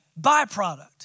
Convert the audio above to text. byproduct